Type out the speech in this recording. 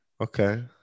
Okay